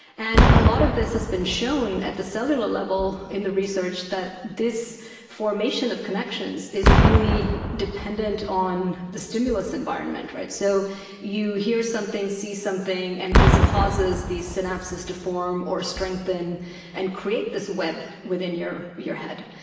and a lot of this has been shown at the cellular level in the research that this formation of connections is really dependent on the stimulus environment. so you hear something, see something and this causes these synapses to form or strengthen and create this web within your your head.